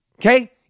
Okay